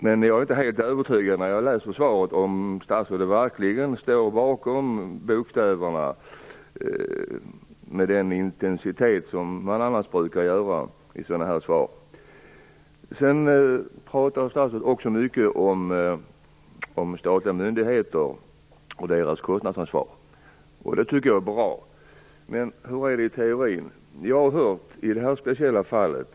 När jag läser svaret blir jag dock inte helt övertygad om att statsrådet verkligen med den intensitet som annars brukar vara fallet i sådana här svar står bakom bokstäverna i det. Statsrådet talar också mycket om statliga myndigheter och deras kostnadsansvar, och jag tycker att det är bra. Men hur är det med tillämpningen av teorin i det här speciella fallet?